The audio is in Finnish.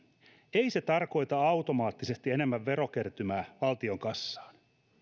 ei se tarkoita automaattisesti enempää verokertymää valtion kassaan